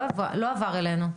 לא עבר אלינו.